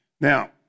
Now